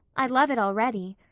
i love it already.